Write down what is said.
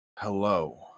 Hello